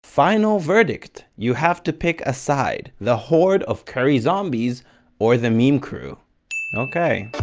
final verdict you have to pick a side the horde of curry zombies or the meme crew okay